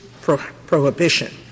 prohibition